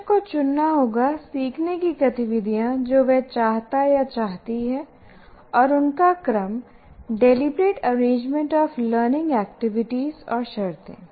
शिक्षक को चुनना होगा सीखने की गतिविधियाँ जो वह चाहताचाहती हैं और उनका क्रम deliberate arrangement of learning activities और शर्तें